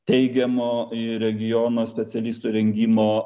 teigiamo į regioną specialistų rengimo